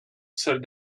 salle